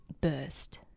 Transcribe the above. burst